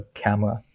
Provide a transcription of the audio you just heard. camera